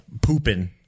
pooping